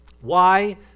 Why